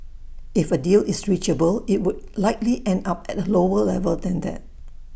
if A deal is reachable IT would likely end up at A lower level than that